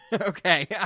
Okay